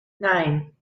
nine